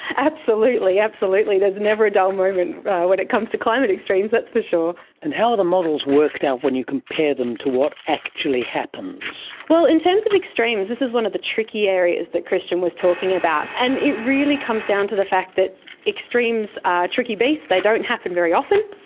absolutely, there's never a dull moment when it comes to climate extremes, that's for sure. and how are the models worked out when you compare them to what actually happens? well, in terms of extremes this is one of the tricky areas that christian was talking about, and it really comes down to the fact that extremes are tricky beasts, they don't happen very often,